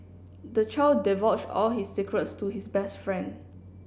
the child divulged all his secrets to his best friend